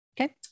Okay